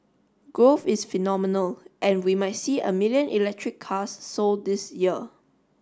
growth is phenomenal and we might see a million electric cars sold this year